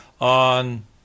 on